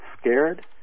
scared